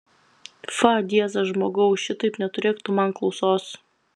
fa diezas žmogau šitaip neturėk tu man klausos